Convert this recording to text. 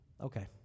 okay